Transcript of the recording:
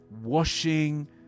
washing